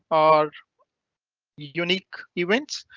are unique event,